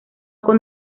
con